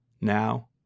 Now